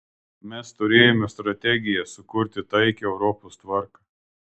mes turėjome strategiją sukurti taikią europos tvarką